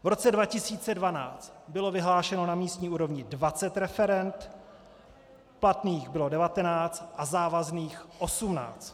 V roce 2012 bylo vyhlášeno na místní úrovni 20 referend, platných bylo 19 a závazných 18.